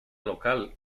local